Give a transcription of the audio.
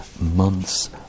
months